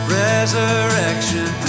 resurrection